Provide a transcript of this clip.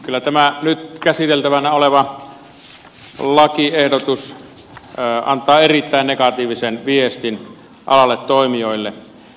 kyllä tämä nyt käsiteltävänä oleva lakiehdotus antaa erittäin negatiivisen viestin alan toimijoille